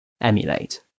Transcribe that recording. emulate